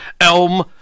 Elm